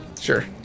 Sure